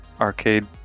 arcade